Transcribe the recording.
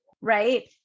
right